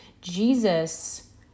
Jesus